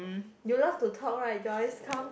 you love to talk right Joyce come